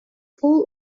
full